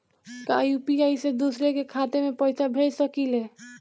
का यू.पी.आई से दूसरे के खाते में पैसा भेज सकी ले?